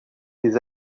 des